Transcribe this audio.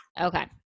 Okay